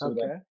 Okay